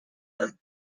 them